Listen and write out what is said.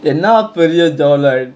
என்னா பெரிய:ennaa periya jaw line